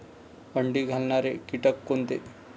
अंडी घालणारे किटक कोणते?